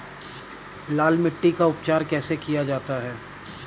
लाल मिट्टी का उपचार कैसे किया जाता है?